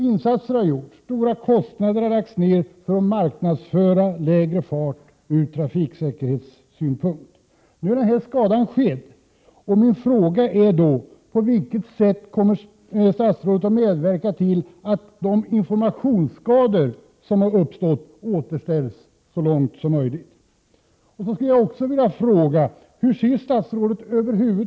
Insatser har gjorts, stora kostnader har lagts ned på att ur trafiksäkerhetssynpunkt marknadsföra lägre fart. Nu är skadan skedd, och min fråga är: På vilket sätt kommer statsrådet att medverka till att de informationsskador som har uppstått så långt som möjligt återställs?